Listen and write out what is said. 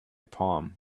palm